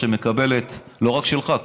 לא רק שלך,